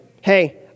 Hey